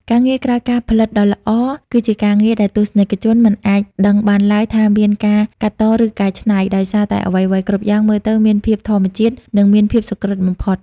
ការងារក្រោយការផលិតដ៏ល្អ គឺជាការងារដែលទស្សនិកជនមិនអាចដឹងបានឡើយថាមានការកាត់ត ឬកែច្នៃ ដោយសារតែអ្វីៗគ្រប់យ៉ាងមើលទៅមានភាពធម្មជាតិ និងមានភាពសុក្រឹតបំផុត។